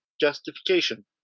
justification